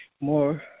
more